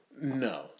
No